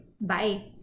Bye